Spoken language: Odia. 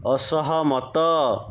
ଅସହମତ